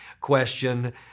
question